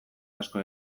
asko